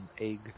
egg